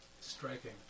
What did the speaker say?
Striking